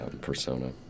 persona